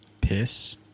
Piss